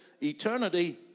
eternity